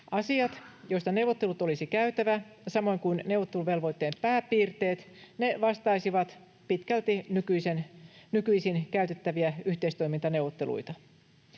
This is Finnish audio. Asiat, joista neuvottelut olisi käytävä, samoin kuin neuvotteluvelvoitteen pääpiirteet, vastaisivat pitkälti nykyisin käytettäviä yhteistoimintaneuvotteluita.